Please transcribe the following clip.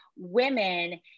women